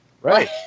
right